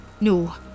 No